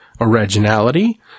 originality